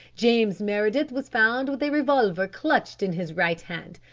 james meredith was found with a revolver clutched in his right hand.